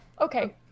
Okay